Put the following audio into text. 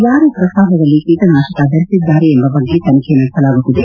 ಯಾರು ಪ್ರಸಾದದಲ್ಲಿ ಕೀಟನಾಶಕ ಬೆರೆಸಿದ್ದಾರೆ ಎಂಬ ಬಗ್ಗೆ ತನಿಖೆ ನಡೆಸಲಾಗುತ್ತಿದೆ